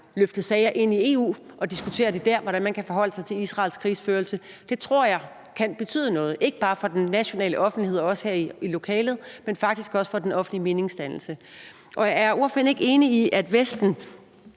løfte sager ind i EU og diskutere dér, hvordan man kan forholde sig til Israels krigsførelse, tror jeg, det kan betyde noget, ikke bare for den nationale offentlighed og for os her i lokalet, men faktisk også for den offentlige meningsdannelse. Er ordføreren ikke enig i, at Vesten